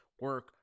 Work